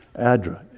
ADRA